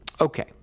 Okay